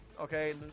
okay